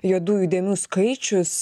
juodųjų dėmių skaičius